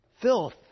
filth